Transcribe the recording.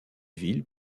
ville